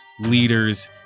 leaders